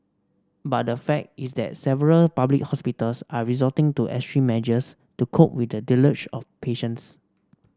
but the fact is that several public hospitals are resorting to extreme measures to cope with the deluge of patients